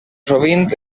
sovint